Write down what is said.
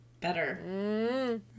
better